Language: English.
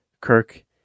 Kirk